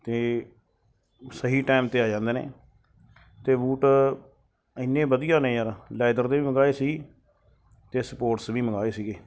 ਅਤੇ ਸਹੀ ਟਾਈਮ 'ਤੇ ਆ ਜਾਂਦੇ ਨੇ ਅਤੇ ਬੂਟ ਇੰਨੇ ਵਧੀਆ ਨੇ ਯਾਰ ਲੈਦਰ ਦੇ ਵੀ ਮੰਗਵਾਏ ਸੀ ਅਤੇ ਸਪੋਰਟਸ ਵੀ ਮੰਗਵਾਏ ਸੀਗੇ